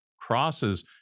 Crosses